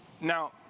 Now